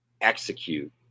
execute